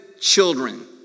children